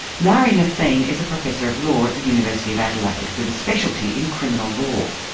naffine naffine is a professor of law at the university of adelaide with a specialty in criminal law.